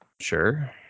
Sure